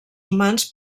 humans